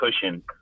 cushion